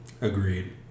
Agreed